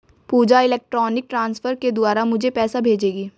पूजा electronic transfer के द्वारा मुझें पैसा भेजेगी